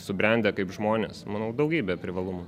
subrendę kaip žmonės manau daugybę privalumų